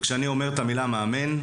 וכשאני אומר את המילה מאמן,